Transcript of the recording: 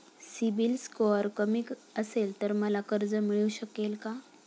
CIBIL score कमी असेल तर मला कर्ज मिळू शकेल का?